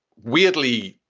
weirdly,